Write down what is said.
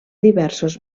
diversos